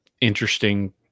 interesting